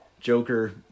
Joker